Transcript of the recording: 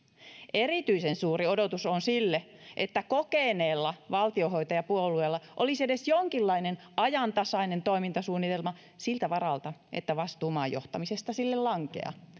erityisen suuri odotus on sille että kokeneella valtionhoitajapuolueella olisi edes jonkinlainen ajantasainen toimintasuunnitelma siltä varalta että vastuu maan johtamisesta sille lankeaa